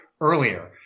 earlier